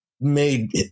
made